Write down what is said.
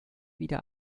wieder